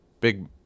big